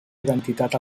identitat